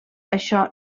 això